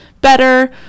better